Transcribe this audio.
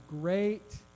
great